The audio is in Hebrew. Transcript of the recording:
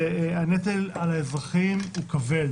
והנטל על האזרחים הוא כבד,